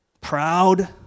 proud